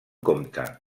comte